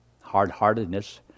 hard-heartedness